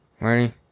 Ready